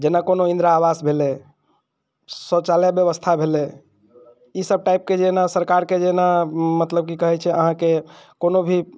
जेना कोनो इंदिरा आवास भेलै शौचालय व्यवस्था भेलै ई सब टाइपके जेना सरकारके जेना मतलब की कहैत छै अहाँकेँ कोनो भी